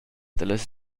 dallas